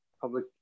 public